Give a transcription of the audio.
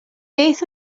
beth